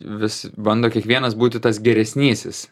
vis bando kiekvienas būti tas geresnysis